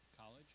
college